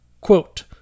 quote